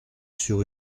sur